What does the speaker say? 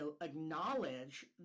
acknowledge